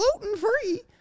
gluten-free